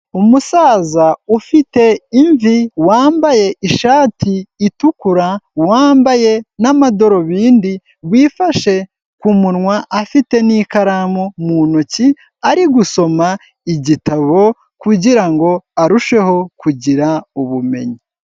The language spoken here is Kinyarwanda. Umusaza ufite imvi, wambaye ishati itukura, wambaye n'amadorubindi, wifashe ku kumunwa afite n'ikaramu mu ntoki, ari gusoma igitabo, kugira ngo arusheho kugira ubumenyi.